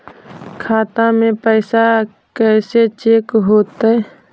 खाता में पैसा कैसे चेक हो तै?